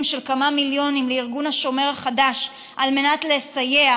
של כמה מיליונים לארגון השומר החדש על מנת לסייע,